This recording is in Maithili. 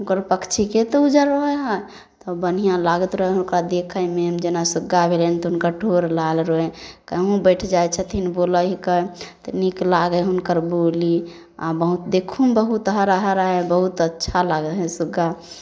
हुनकर पक्षीके तऽ उजरवा बढ़िऑं लागैत रहै हुनका देखैमे जेना सुग्गा भेलनि तऽ हुनकर ठोर लाल रहै कहुँ बैठ जाइ छथिन बोलै हिके तऽ नीक लागै हुनकर बोली आ बहुत देखूमे बहुत हरा हरा हइ बहुत अच्छा लागै हइ सुग्गा